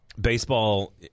Baseball